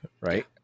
right